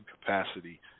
capacity